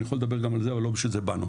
יכול לדבר גם ל זה אבל לא בשביל זה באנו.